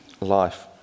life